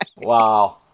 wow